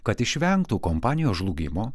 kad išvengtų kompanijos žlugimo